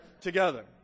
together